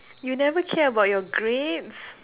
you never care about your grades